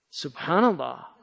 subhanAllah